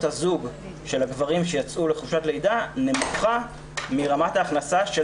הזוג של הגברים שיצאו לחופשת לידה נמוכה מרמת ההכנסה של